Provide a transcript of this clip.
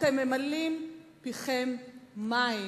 אתם ממלאים פיכם מים,